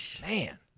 Man